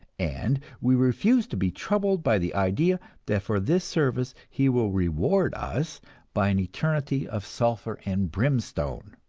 and we refuse to be troubled by the idea that for this service he will reward us by an eternity of sulphur and brimstone.